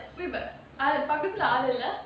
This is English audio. wait but பக்கத்துல ஆளில்ல:pakkathula aalilla